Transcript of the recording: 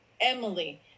Emily